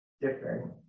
different